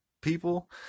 people